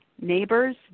neighbors